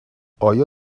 آیا